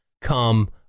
come